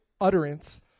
utterance